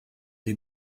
les